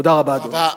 תודה רבה, אדוני.